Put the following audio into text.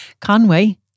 Conway